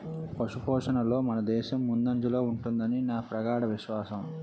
పశుపోషణలో మనదేశం ముందంజలో ఉంటుదని నా ప్రగాఢ విశ్వాసం